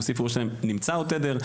נמצא עוד תדר.